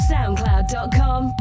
SoundCloud.com